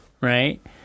right